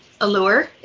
allure